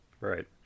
Right